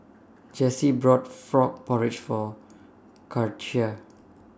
Jessi bought Frog Porridge For Katia